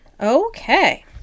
Okay